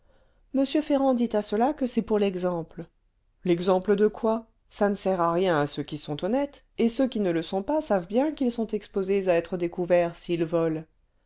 m ferrand dit à cela que c'est pour l'exemple l'exemple de quoi ça ne sert à rien à ceux qui sont honnêtes et ceux qui ne le sont pas savent bien qu'ils sont exposés à être découverts s'ils volent